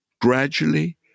Gradually